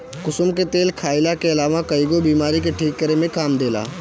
कुसुम के तेल खाईला के अलावा कईगो बीमारी के ठीक करे में काम देला